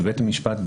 לבית המשפט,